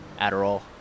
Adderall